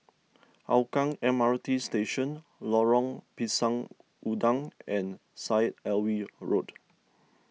Hougang M R T Station Lorong Pisang Udang and Syed Alwi Road